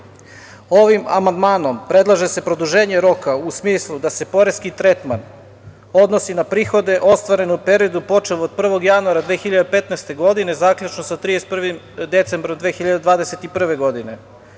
50.Ovim amandmanom predlaže se produženje roka u smislu da se poreski tretman odnosi na prihode ostvarene u periodu ostvarene počev od 1. januara 2015. godine, zaključno sa 31. decembrom 2021. godine,